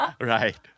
Right